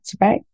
right